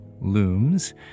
looms